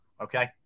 Okay